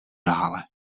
dále